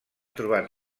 trobat